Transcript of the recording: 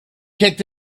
kicked